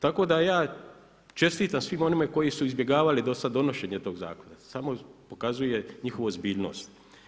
Tako da ja čestitam svim onima koji su izbjegavali dosad donošenje tog zakona, to samo pokazuje njihovu ozbiljnost.